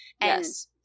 Yes